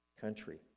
country